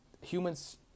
Humans